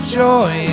joy